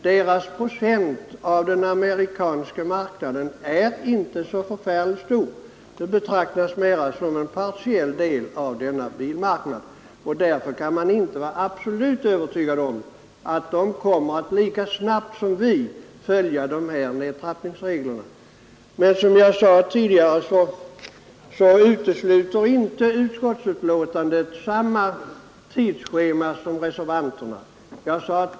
Deras procentuella andel av den amerikanska marknaden är inte så stor. Den betraktas mera som en marginell del av denna marknad. Därför kan man inte vara absolut övertygad om att de övriga europeiska bilfabrikanterna kommer att följa nedtrappningsreglerna lika snabbt som de svenska biltillverkarna. Men som jag sade tidigare utesluter inte utskottsbetänkandet det tidsschema som reservanterna önskar.